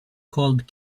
called